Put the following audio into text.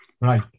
right